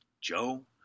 Joe